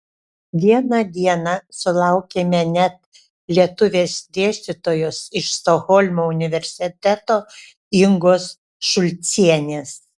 vieną dieną sulaukėme net lietuvės dėstytojos iš stokholmo universiteto ingos šulcienės